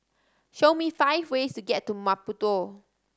show me five ways to get to Maputo